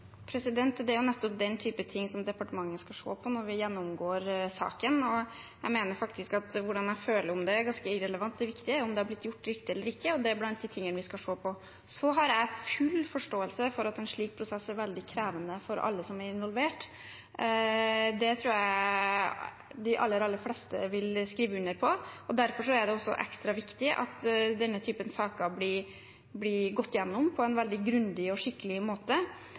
Det er jo nettopp den type ting som departementet skal se på når vi gjennomgår saken, og jeg mener faktisk at hvordan jeg føler om det, er ganske irrelevant. Det viktige er om det har blitt gjort riktig eller ikke, og det er blant de tingene vi skal se på. Så har jeg full forståelse for at en slik prosess er veldig krevende for alle som er involvert. Det tror jeg de aller, aller fleste vil skrive under på. Derfor er det ekstra viktig at denne typen saker blir gått gjennom på en veldig grundig og skikkelig måte.